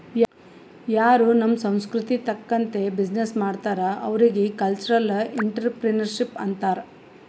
ಯಾರೂ ನಮ್ ಸಂಸ್ಕೃತಿ ತಕಂತ್ತೆ ಬಿಸಿನ್ನೆಸ್ ಮಾಡ್ತಾರ್ ಅವ್ರಿಗ ಕಲ್ಚರಲ್ ಇಂಟ್ರಪ್ರಿನರ್ಶಿಪ್ ಅಂತಾರ್